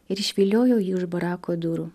ir išviliojau jį už barako durų